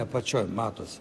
apačioj matosi